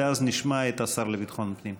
ואז נשמע את השר לביטחון הפנים.